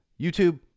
YouTube